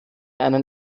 einen